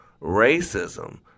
Racism